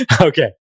Okay